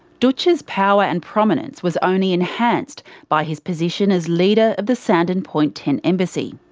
dootch's power and prominence was only enhanced by his position as leader of the sandon point tent embassy.